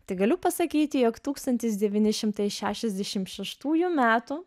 tai galiu pasakyti jog tūkstantis devyni šimtai šešiasdešimt šeštųjų metų